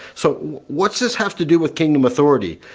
so what's this have to do with kingdom authority?